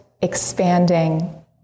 expanding